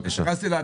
בבקשה.